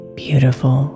beautiful